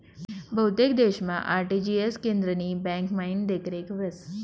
बहुतेक देशमा आर.टी.जी.एस केंद्रनी ब्यांकमाईन देखरेख व्हस